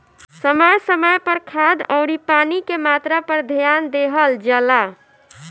समय समय पर खाद अउरी पानी के मात्रा पर ध्यान देहल जला